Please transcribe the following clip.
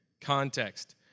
context